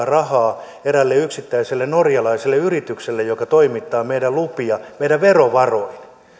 rahaa eräälle yksittäiselle norjalaiselle yritykselle joka toimittaa meidän lupia verovaroin